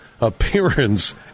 appearance